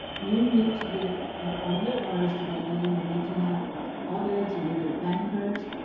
you need to get all the lawyers together. you need to have all the audits, you need your bankers.